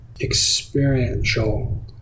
experiential